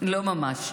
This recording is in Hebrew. לא ממש.